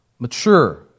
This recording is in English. mature